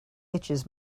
itches